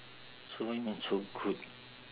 so what you mean so good